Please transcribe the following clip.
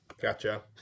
Gotcha